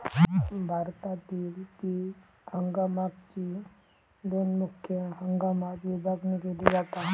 भारतातील पीक हंगामाकची दोन मुख्य हंगामात विभागणी केली जाता